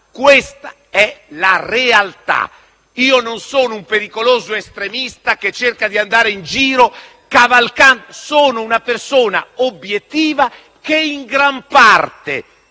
Questa è la realtà. Io non sono un pericoloso estremista che cerca di andare in giro. Sono una persona obiettiva che in gran parte,